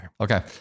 Okay